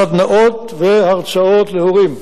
סדנאות והרצאות להורים,